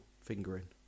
Fingering